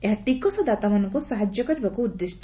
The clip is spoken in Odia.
ଏହା ଟିକସ ଦାତାମାନଙ୍କୁ ସାହାଯ୍ୟ କରିବାକୁ ଉଦ୍ଦିଷ୍ଟ